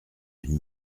une